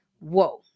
Whoa